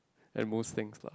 like most things lah